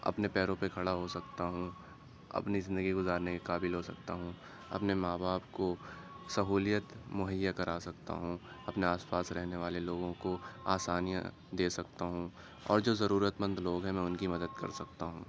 اپنے پیروں پہ کھڑا ہو سکتا ہوں اپنی زندگی گزارنے کے قابل ہوسکتا ہوں اپنے ماں باپ کو سہولیت مہیا کرا سکتا ہوں اپنے آس پاس رہنے والے لوگوں کو آسانیاں دے سکتا ہوں اور جو ضرورت مند لوگ ہیں میں ان کی مدد کر سکتا ہوں